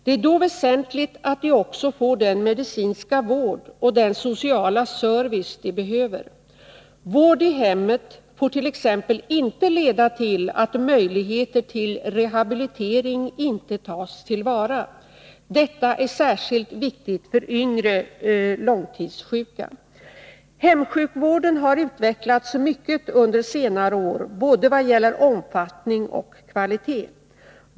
Det är då väsentligt att de också får den medicinska vård och den sociala service de behöver. Vård i hemmet får t.ex. inte leda till att möjligheter till rehabilitering inte tas till vara. Detta är särskilt viktigt för yngre långtidssjuka. Hemsjukvården har utvecklats mycket under senare år vad gäller både omfattning och kvalitet.